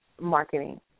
marketing